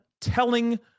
telling